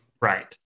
Right